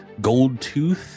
Goldtooth